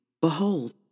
Behold